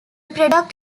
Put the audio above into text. product